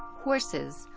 horses,